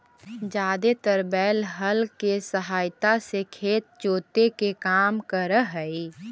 जादेतर बैल हल केसहायता से खेत जोते के काम कर हई